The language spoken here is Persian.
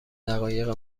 دقایق